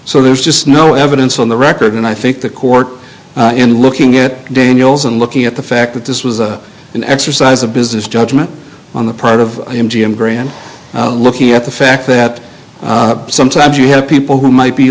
so there's just no evidence on the record and i think the court in looking at daniels and looking at the fact that this was a an exercise a business judgment on the part of m g m grand looking at the fact that sometimes you have people who might be